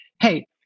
hey